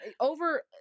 over